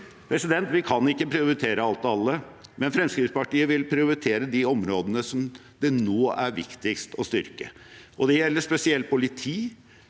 sammen. Vi kan ikke prioritere alt og alle, men Fremskrittspartiet vil prioritere de områdene som det nå er viktigst å styrke. Det gjelder spesielt politi